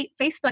Facebook